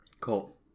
Cool